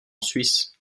suisse